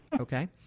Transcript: Okay